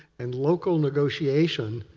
and local negotiation,